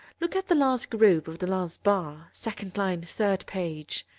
look at the last group of the last bar, second line, third page.